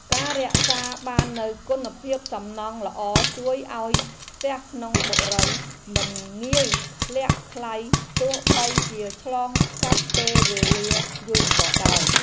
ការរក្សាបាននូវគុណភាពសំណង់ល្អជួយឱ្យផ្ទះក្នុងបុរីមិនងាយធ្លាក់ថ្លៃទោះបីជាឆ្លងកាត់ពេលវេលាយូរក៏ដោយ។